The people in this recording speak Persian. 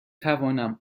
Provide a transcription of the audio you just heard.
توانم